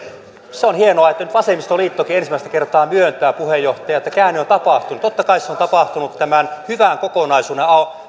se on hienoa että vasemmistoliittokin ensimmäistä kertaa myöntää puheenjohtaja että käänne on tapahtunut totta kai se on tapahtunut tämän hyvän kokonaisuuden